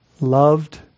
Loved